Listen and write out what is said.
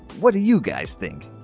what do you guys think?